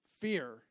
Fear